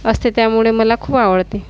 असते त्यामुळे मला खूप आवडते